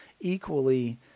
equally